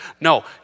No